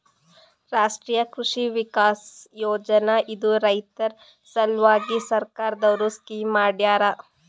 ರಾಷ್ಟ್ರೀಯ ಕೃಷಿ ವಿಕಾಸ್ ಯೋಜನಾ ಇದು ರೈತರ ಸಲ್ವಾಗಿ ಸರ್ಕಾರ್ ದವ್ರು ಸ್ಕೀಮ್ ಮಾಡ್ಯಾರ